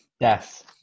Death